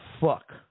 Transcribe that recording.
fuck